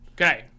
Okay